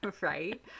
Right